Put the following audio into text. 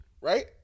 Right